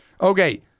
Okay